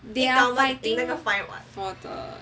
they are fighting for the